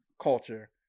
culture